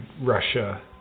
Russia